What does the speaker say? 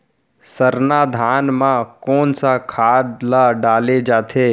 सरना धान म कोन सा खाद ला डाले जाथे?